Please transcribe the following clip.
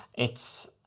it's.